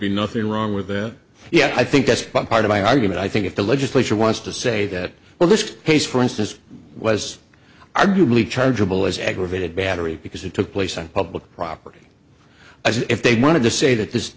be nothing wrong with it yeah i think that's been part of my argument i think if the legislature wants to say that well this case for instance was arguably chargeable as aggravated battery because it took place on public property as if they wanted to say that this